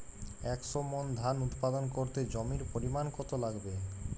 একশো মন ধান উৎপাদন করতে জমির পরিমাণ কত লাগবে?